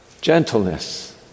gentleness